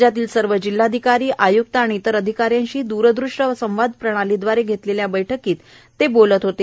राज्यातले सर्व जिल्हाधिकारी आयुक्त आणि इतर अधिकाऱ्यांशी द्रदृष्य संवाद प्रणालीदवारे घेतलेल्या बैठकीत ते काल बोलत होते